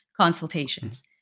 consultations